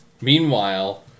Meanwhile